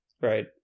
Right